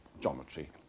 geometry